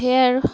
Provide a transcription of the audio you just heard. হেয়াই আৰু